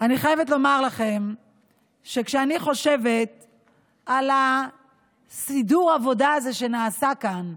אני חייבת לומר לכם שכשאני חושבת על סידור העבודה הזה שנעשה כאן,